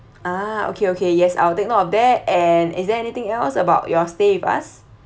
ah okay okay yes I'll take note of that and is there anything else about your stay with us